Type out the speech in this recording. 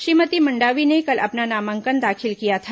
श्रीमती मंडावी ने कल अपना नामांकन दाखिल किया था